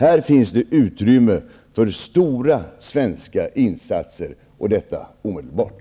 Här finns det utrymme för stora svenska insatser omedelbart.